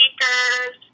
speakers